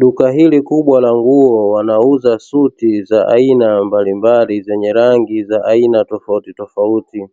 Duka hili kubwa la nguo wanauza suti za aina mbalimbali zenye rangi za aina tofauti tofauti.